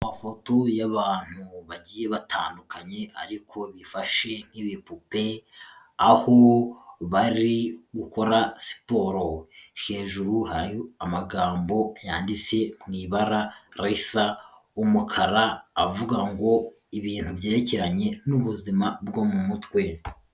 Amafoto y'abantu bagiye batandukanye ariko bifashe nk'ibipupe aho bari gukora siporo, hejuru hari amagambo yanditse mu ibara risa umukara avuga ngo ibintu byerekeranye n'ubuzima bwo mu mutwe.